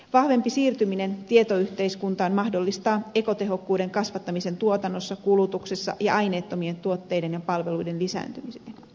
vahvempi siirtyminen tietoyhteiskuntaan mahdollistaa ekotehokkuuden kasvattamisen tuotannossa kulutuksessa ja aineettomien tuotteiden ja palveluiden lisääntymisessä